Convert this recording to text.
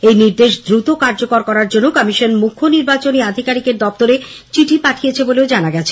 এই নির্দেশ দ্রুত কার্যকর করার জন্য কমিশন মুখ্য নির্বাচনী আধিকারিকের দপ্তরে চিঠি পাঠিয়েছে বলেও জানা গেছে